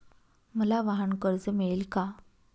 मला वाहनकर्ज मिळेल का?